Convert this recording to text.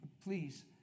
please